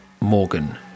Morgan